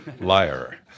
liar